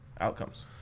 outcomes